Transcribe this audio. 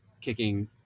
kicking